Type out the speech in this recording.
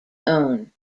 own